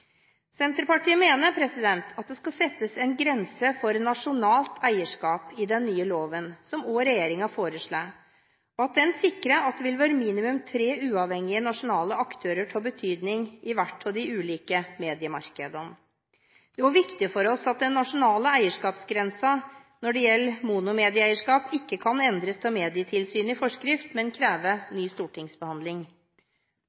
Senterpartiet mener at det skal settes en grense for nasjonalt eierskap i den nye loven, som også regjeringen foreslår. Den skal sikre minimum tre uavhengige nasjonale aktører av betydning i hvert av de ulike mediemarkedene. Det er også viktig for oss at den nasjonale eierskapsgrensen når det gjelder monomedieeierskap, ikke kan endres av Medietilsynet i forskrift, men